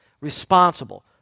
responsible